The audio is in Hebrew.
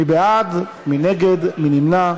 מי בעד, מי נגד, מי נמנע.